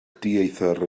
dieithr